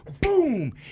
boom